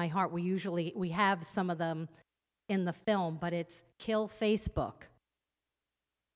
my heart we usually we have some of them in the film but it's kill facebook